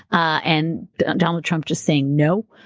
and donald trump just saying no.